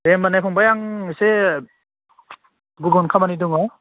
दे होमब्ला ना फंबाय आं एसे गुबुन खामानि दङ